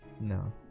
No